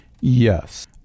Yes